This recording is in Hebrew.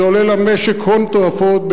זה עולה למשק הון תועפות,